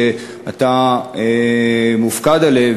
שאתה מופקד על זה,